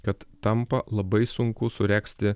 kad tampa labai sunku suregzti